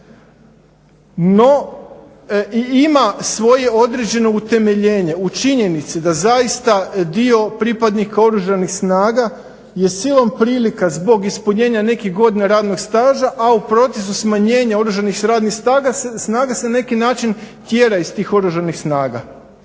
i ima svoje određeno utemeljenje u činjenici da zaista dio pripadnika Oružanih snaga je silom prilika zbog ispunjenja nekih godina radnog staža, a u procesu smanjenja oružanih radnih snaga, se na neki način tjera iz tih Oružanih snaga.